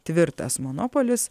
tvirtas monopolis